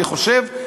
אני חושב,